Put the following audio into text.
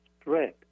spread